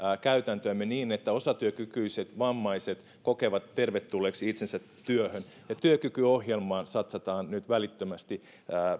käytäntöämme niin että osatyökykyiset vammaiset kokevat itsensä tervetulleiksi työhön ja työkykyohjelmaan satsataan nyt välittömästi